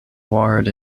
ward